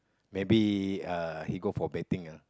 maybe uh he go for betting ah